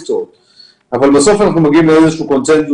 מקס סטוק